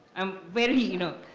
i'm very, you know,